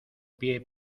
pie